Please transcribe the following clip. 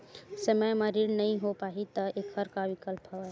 समय म ऋण नइ हो पाहि त एखर का विकल्प हवय?